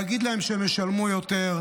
ולהגיד להם שהם ישלמו יותר,